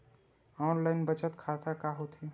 Online बचत खाता का होथे?